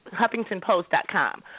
HuffingtonPost.com